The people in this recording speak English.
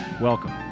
Welcome